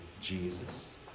Jesus